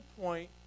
point